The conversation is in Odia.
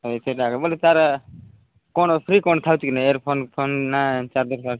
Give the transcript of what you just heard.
ଏତେଟା ଏକା ବୋଲେ ତା'ର କ'ଣ ଫ୍ରି କ'ଣ ଥାଉଛି କି ନା କ'ଣ ଇୟର୍ ଫୋନ୍ ଫୋନ୍ ନା ଚାର୍ଜର୍ ଫାର୍ଜର୍